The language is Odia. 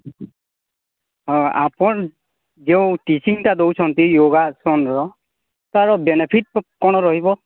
ହଁ ଆପଣ ଯେଉଁ ଟିଚିଙ୍ଗଟା ଦେଉଛନ୍ତି ୟୋଗାସନର ତା'ର ବେନିଫିଟ୍ କ'ଣ ରହିବ